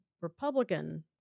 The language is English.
Republican